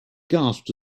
gasped